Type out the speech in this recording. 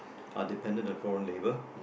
are dependent on foreign labour